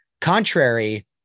Contrary